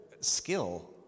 skill